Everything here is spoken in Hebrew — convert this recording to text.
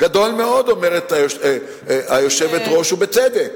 גדול מאוד, אומרת היושבת-ראש, ובצדק.